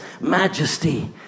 majesty